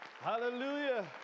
Hallelujah